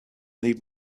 need